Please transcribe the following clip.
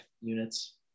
units